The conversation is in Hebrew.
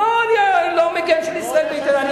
לא, אני לא מגן של ישראל ביתנו.